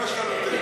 כמה שאתה נותן.